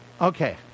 okay